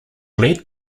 led